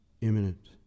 imminent